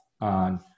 on